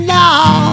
now